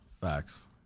facts